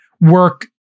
work